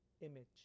image